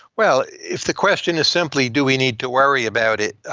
well, if the question is simply do we need to worry about it,